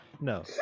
No